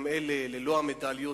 גם אלה ללא המדליות,